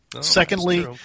Secondly